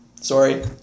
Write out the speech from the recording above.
Sorry